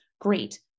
Great